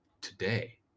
today